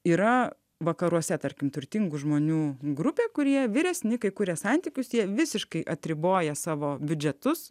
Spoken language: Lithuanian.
yra vakaruose tarkim turtingų žmonių grupė kurie vyresni kuria santykius jie visiškai atriboja savo biudžetus